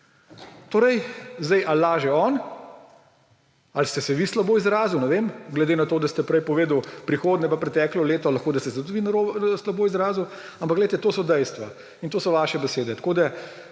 Torej zdaj, ali laže on, ali ste se vi slabo izrazili, ne vem, glede na to, da ste prej povedali – prihodnje pa preteklo leto; lahko, da ste se tudi vi slabo izrazili, ampak to so dejstva in to so vaše besede.